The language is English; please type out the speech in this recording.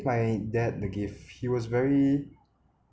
to my dad the gift he was very